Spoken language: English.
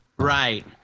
Right